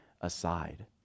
aside